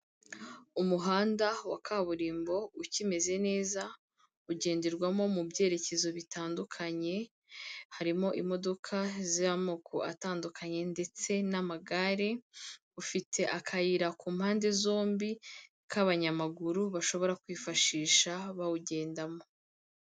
Umuhanda wa kaburimbo ukimeze neza ugenderwamo mu byerekezo bitandukanye, harimo imodoka z'amoko atandukanye ndetse n'amagare, ufite akayira ku mpande zombi k'abanyamaguru bashobora kwifashisha bawugendamo.